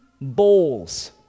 bowls